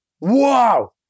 Wow